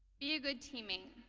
be a good teammate.